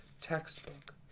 textbook